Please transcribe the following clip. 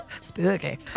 Spooky